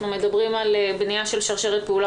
אנחנו מדברים על בנייה של שרשרת פעולה